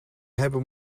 hebben